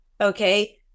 Okay